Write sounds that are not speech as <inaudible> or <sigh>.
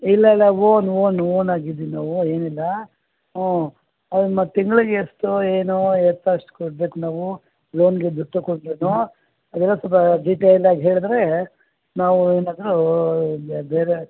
ಇಲ್ಲ ಇಲ್ಲ own own own ಆಗಿದ್ದೀವಿ ನಾವು ಏನಿಲ್ಲ ಹ್ಞೂ ಅದು ಮತ್ತೆ ತಿಂಗಳಿಗೆ ಎಷ್ಟು ಏನು <unintelligible> ಕೊಡಬೇಕು ನಾವು ಲೋನ್ಗೆ ದುಡ್ಡು ತಕೊಂಡ್ರು ಅದೆಲ್ಲ ಸ್ವಲ್ಪ ಡೀಟೇಲಾಗಿ ಹೇಳಿದ್ರೇ ನಾವು ಏನಾದರೂ ಇಲ್ಲಿ ಬೇರೆ